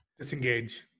Disengage